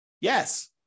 Yes